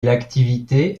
l’activité